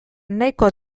nahiko